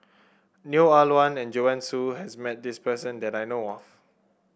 Neo Ah Luan and Joanne Soo has met this person that I know of